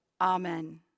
Amen